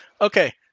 Okay